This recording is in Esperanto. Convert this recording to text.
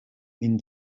vin